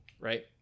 right